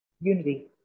Unity